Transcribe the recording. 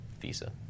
Visa